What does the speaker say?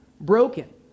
broken